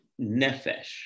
nefesh